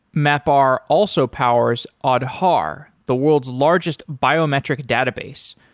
mapr also powers aadhaar, the world's largest biometric database,